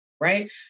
right